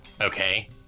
Okay